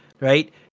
right